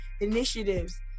initiatives